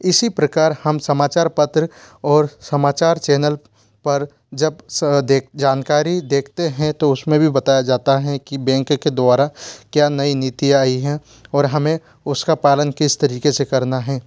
इसी प्रकार हम समाचार पत्र और समाचार चैनल पर जब स देख जानकारी देखते हैं तो उसमें भी बताया जाता हैं कि बैंक के द्वारा क्या नई नीति आई है और हमें उसका पालन किस तरीक़े से करना है